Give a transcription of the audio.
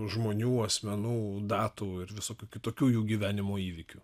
žmonių asmenų datų ir visokių kitokių jų gyvenimo įvykių